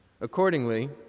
Accordingly